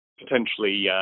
Potentially